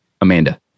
Amanda